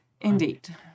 Indeed